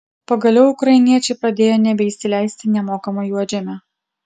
pagaliau ukrainiečiai pradėjo nebeįsileisti nemokamo juodžemio